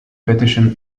petition